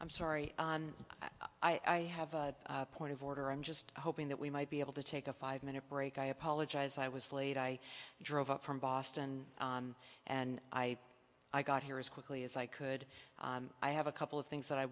i'm sorry i have a point of order i'm just hoping that we might be able to take a five minute break i apologize i was late i drove up from boston and i i got here is quickly as i could i have a couple of things